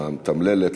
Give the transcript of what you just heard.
למתמללת,